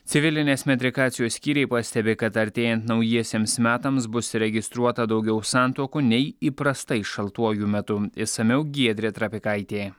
civilinės metrikacijos skyriai pastebi kad artėjant naujiesiems metams bus registruota daugiau santuokų nei įprastai šaltuoju metu išsamiau giedrė trapikaitė